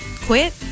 quit